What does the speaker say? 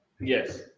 Yes